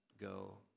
go